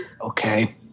Okay